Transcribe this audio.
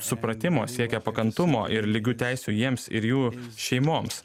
supratimo siekia pakantumo ir lygių teisių jiems ir jų šeimoms